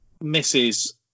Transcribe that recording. misses